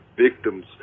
victims